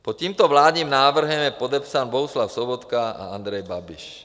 Pod tímto vládním návrhem zákona je podepsán Bohuslav Sobotka a Andrej Babiš.